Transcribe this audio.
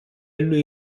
lui